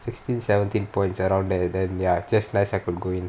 sixteen seventeen points around there then ya just nice I could go in